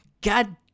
god